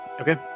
Okay